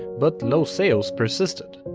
but low sales persisted.